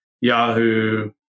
Yahoo